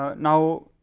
ah now